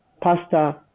pasta